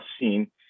seen